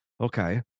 Okay